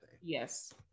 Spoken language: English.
yes